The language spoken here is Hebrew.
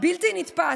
בלתי נתפס.